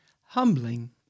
humbling